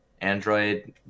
android